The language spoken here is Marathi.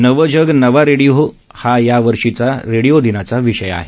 नवं जग नवा रेडिओ हा यावर्षीच्या रेडिओ दिनाचा विषय आहे